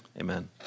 Amen